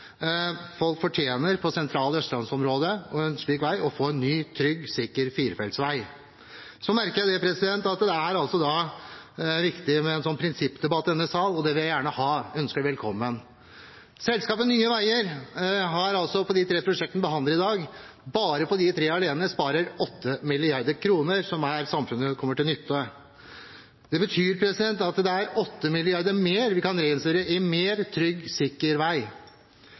Folk i det sentrale østlandsområdet fortjener å få en ny, trygg og sikker firefeltsvei. Jeg merker meg at det er viktig med en prinsippdebatt i denne sal, og det vil jeg gjerne ha – jeg ønsker det velkommen. Med selskapet Nye Veier – bare på de tre prosjektene vi behandler i dag – sparer vi 8 mrd. kr, som kommer samfunnet til nytte. Det betyr at det er 8 mrd. kr mer vi kan reinvestere i mer, trygg og sikker vei.